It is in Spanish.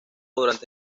durante